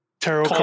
tarot